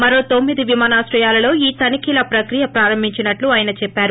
మరో తోమ్మిది విమానాశ్రయాలలో ఈ తనిఖిల ప్రక్రియ ప్రారంభించినట్లు ఆయన చెప్పారు